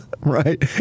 Right